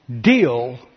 deal